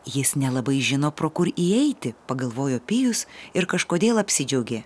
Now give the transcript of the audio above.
jis nelabai žino pro kur įeiti pagalvojo pijus ir kažkodėl apsidžiaugė